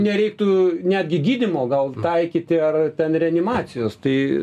nereiktų netgi gydymo gal taikyti ar ten reanimacijos tai